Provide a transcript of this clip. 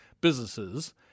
businesses